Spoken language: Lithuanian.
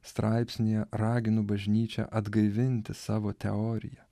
straipsnyje raginu bažnyčią atgaivinti savo teoriją